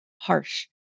harsh